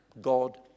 God